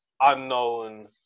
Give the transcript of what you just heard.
Unknown